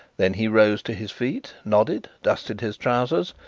then he rose to his feet, nodded, dusted his trousers,